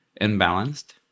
unbalanced